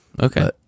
Okay